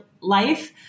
life